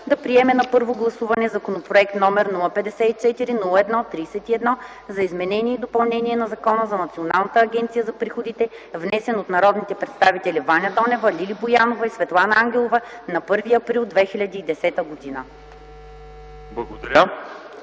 да приеме на първо гласуване Законопроект № 054-01-31 за изменение и допълнение на Закона за Националната агенция за приходите, внесен от народните представители Ваня Донева, Лили Боянова и Светлана Ангелова на 1 април 2010 г.”